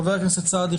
חבר הכנסת סעדי,